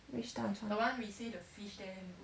which 搭船